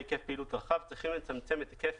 היקף פעילות רחב צריכים לצמצם את היקף